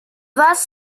was